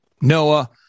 Noah